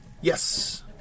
Yes